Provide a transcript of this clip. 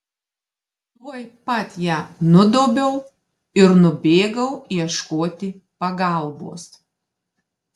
tuoj pat ją nudobiau ir nubėgau ieškoti pagalbos